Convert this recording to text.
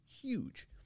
huge